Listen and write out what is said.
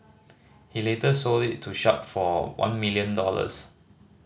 he later sold it to Sharp for one million dollars